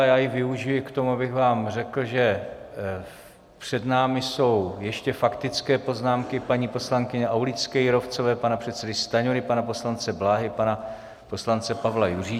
Já ji využiji k tomu, abych vám řekl, že před námi jsou ještě faktické poznámky paní poslankyně Aulické Jírovcové, pana předsedy Stanjury, pana poslance Bláhy a pana poslance Pavla Juříčka.